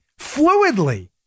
fluidly